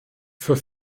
für